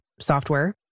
software